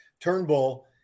Turnbull